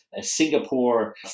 Singapore